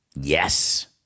Yes